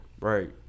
Right